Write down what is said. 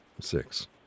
six